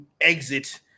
exit